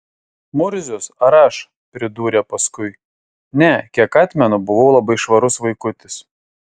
murzius ar aš pridūrė paskui ne kiek atmenu buvau labai švarus vaikutis